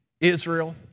Israel